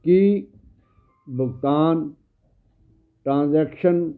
ਕਿ ਭੁਗਤਾਨ ਟ੍ਰਾਂਜੈਕਸ਼ਨ